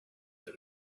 and